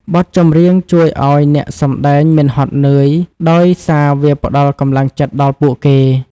បទចម្រៀងជួយឱ្យអ្នកសម្ដែងមិនហត់នឿយ ដោយសារវាផ្ដល់កម្លាំងចិត្តដល់ពួកគេ។